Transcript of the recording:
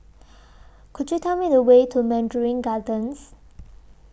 Could YOU Tell Me The Way to Mandarin Gardens